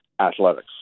athletics